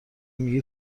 میگی